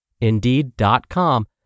Indeed.com